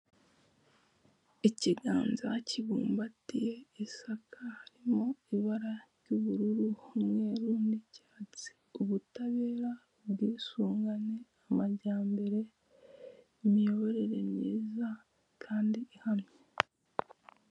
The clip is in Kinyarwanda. Ikiganza kibumbatiye isaka, harimo ibara ry'ubururu, umweru n'icyatsi, ubutabera, ubwisungane, amajyambere, imiyoberere myiza kandi ihamye.